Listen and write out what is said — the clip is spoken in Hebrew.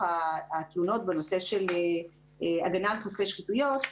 התלונות בנושא של הגנה על חושפי שחיתות,